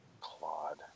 Claude